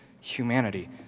humanity